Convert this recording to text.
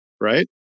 right